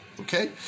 Okay